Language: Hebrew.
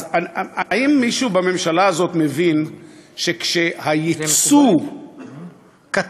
אז האם מישהו בממשלה הזאת מבין שכשהיצוא קטן,